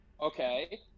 Okay